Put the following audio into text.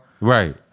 right